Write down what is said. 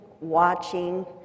watching